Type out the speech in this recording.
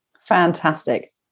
Fantastic